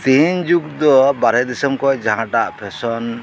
ᱛᱤᱦᱤᱧ ᱡᱩᱜ ᱫᱚ ᱵᱟᱨᱦᱮ ᱫᱤᱥᱚᱢ ᱠᱷᱚᱡ ᱡᱟᱦᱟᱴᱟᱜ ᱯᱷᱮᱥᱚᱱ